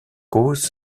cause